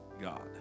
God